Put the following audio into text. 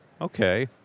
okay